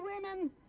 women